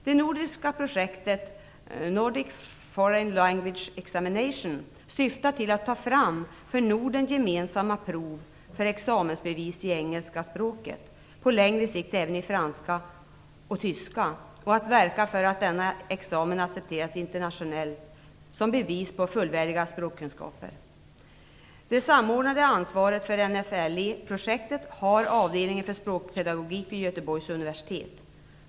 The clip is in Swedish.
Det nordiska projektet Nordic Foreign Language Examination syftar till att ta fram för Norden gemensamma prov för examensbevis i engelska språket - på längre sikt även i franska och tyska - och att verka för att denna examen accepteras internationellt som bevis på fullvärdiga språkkunskaper. Det samordnade ansvaret för NFLE-projektet har avdelningen för språkpedagogik vid Göteborgs universitet.